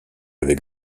avec